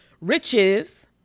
Riches